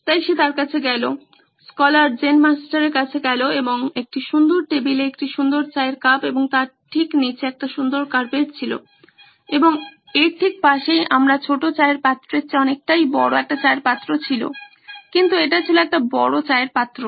তাই সে তার কাছে গেলো স্কলার জেন মাস্টারের কাছে গেলো এবং একটি সুন্দর টেবিলে একটি সুন্দর চায়ের কাপ এবং তার ঠিক নীচে একটি সুন্দর কার্পেট ছিল এবং এর ঠিক পাশেই আমার ছোট চায়ের পাত্রের চেয়ে অনেকটাই বড় একটি চায়ের পাত্র ছিল কিন্তু এটা ছিল একটা বড় চায়ের পাত্র